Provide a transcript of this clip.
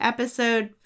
Episode